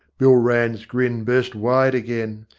bill rann's grin burst wide again.